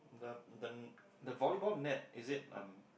the the the volleyball net is it um